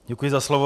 Děkuji za slovo.